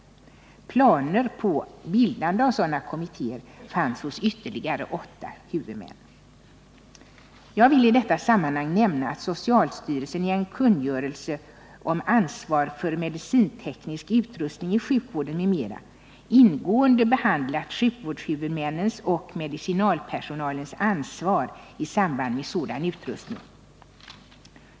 Planer på bildande av sådana kommittéer fanns hos ytterligare åtta huvudmän. Jag vill i detta sammanhang nämna att socialstyrelsen i en kungörelse, SOSFS 1978:26, om ansvar för medicinteknisk utrustning i sjukvården m.m. ingående behandlat sjukvårdshuvudmännens och medicinalpersonalens ansvar i samband med sådan utrustning.